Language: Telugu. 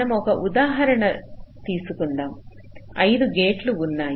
మనము ఒక ఉదాహరణ తీసుకుందాం 5 గేట్లు ఉన్నాయి